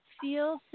feel